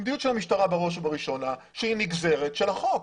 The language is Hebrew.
בראש ובראשונה למדיניות המשטרה שהיא נגזרת של החוק.